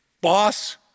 boss